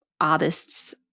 artists